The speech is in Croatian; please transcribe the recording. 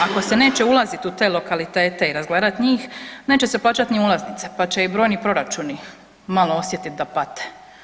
Ako se neće ulazit u te lokalitete i razgledat njih, neće se plaćat ni ulaznice pa će i brojni proračuni malo osjetiti da pate.